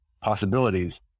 possibilities